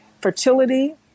fertility